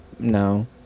no